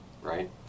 right